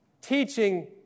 teaching